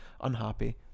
unhappy